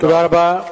תודה רבה.